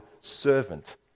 servant